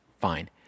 Fine